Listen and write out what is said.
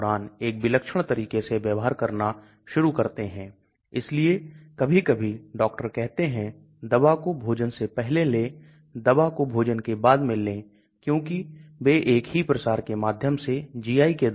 फिर मॉलिक्यूलर भार को कम करते हैं यदि मॉलिक्यूलर भार बहुत कम है और दवा घुलनशील है बड़े आणविक पदार्थ घुलनशील नहीं है